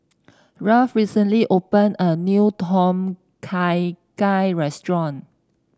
Ralph recently opened a new Tom Kha Gai restaurant